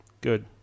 good